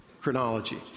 Chronology